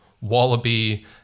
wallaby